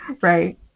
Right